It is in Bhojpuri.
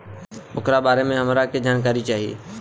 ओकरा बारे मे हमरा के जानकारी चाही?